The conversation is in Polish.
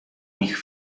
nich